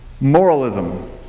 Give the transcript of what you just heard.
moralism